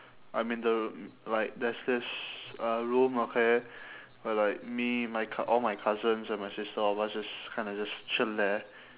I mean the like there's there's a room okay but like me my c~ all my cousins and my sister all of us just kind of just chill there